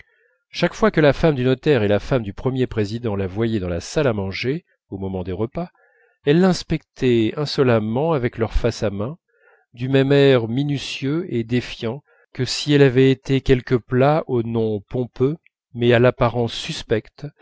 chaque fois que la femme du notaire et la femme du premier président la voyaient dans la salle à manger au moment des repas elles l'inspectaient insolemment avec leur face à main du même air minutieux et défiant que si elle avait été quelque plat au nom pompeux mais à l'apparence suspecte